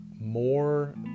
more